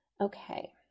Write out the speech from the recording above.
Okay